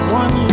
one